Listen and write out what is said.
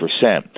percent